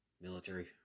military